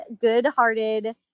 good-hearted